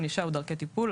ענישה ודרכי טיפול),